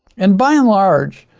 and by and large,